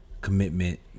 commitment